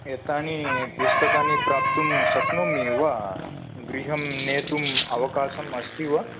एतानि पुस्तकानि प्राप्तुं शक्नोमि वा गृहं नेतुम् अवकाशमस्ति वा